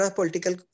political